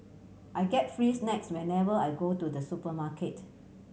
I get free snacks whenever I go to the supermarket